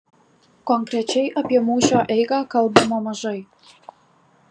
konkrečiai apie mūšio eigą kalbama mažai